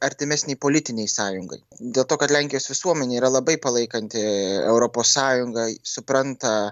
artimesnei politinei sąjungai dėl to kad lenkijos visuomenė yra labai palaikanti europos sąjunga supranta